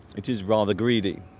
it is rather greedy